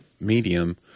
medium